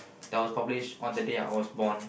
that was published on the day I was born